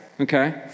okay